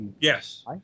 Yes